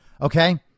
Okay